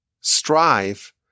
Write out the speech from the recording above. strive